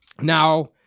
Now-